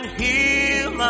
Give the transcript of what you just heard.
heal